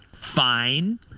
fine